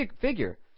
figure